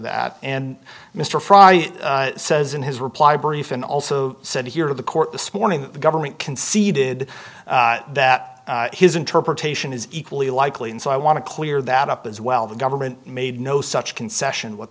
that and mr fry says in his reply brief and also said here to the court this morning that the government conceded that his interpretation is equally likely and so i want to clear that up as well the government made no such concession what